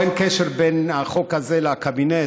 אין קשר בין החוק הזה לקבינט.